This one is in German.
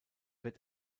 wird